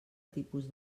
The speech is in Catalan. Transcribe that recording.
tipus